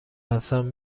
هستم